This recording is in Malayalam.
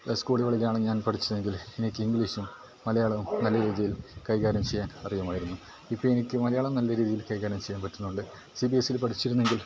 സ്കൂളുകളിലാണ് ഞാൻ പഠിച്ചതെങ്കിൽ എനിക്ക് ഇംഗ്ലീഷും മലയാളവും നല്ല രീതിയിൽ കൈകാര്യം ചെയ്യാൻ അറിയുമായിരുന്നു ഇപ്പോൾ എനിക്ക് മലയാളം നല്ല രീതിയിൽ കൈകാര്യം ചെയ്യാൻ പറ്റുന്നുണ്ട് സി ബി എസ് സി യിൽ പഠിച്ചിരുന്നെങ്കിൽ